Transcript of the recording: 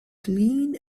clean